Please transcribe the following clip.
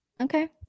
Okay